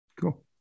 cool